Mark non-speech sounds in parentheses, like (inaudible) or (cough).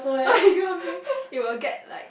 (laughs) you playing you will get like